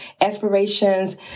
aspirations